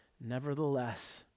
Nevertheless